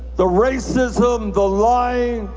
the racism, the lying,